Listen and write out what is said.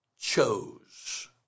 chose